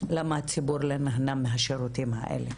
למה הציבור לא נהנה מהשירותים האלה.